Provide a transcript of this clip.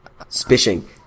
spishing